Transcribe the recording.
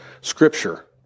Scripture